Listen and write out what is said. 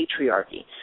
patriarchy